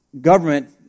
government